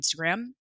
Instagram